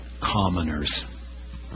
commoners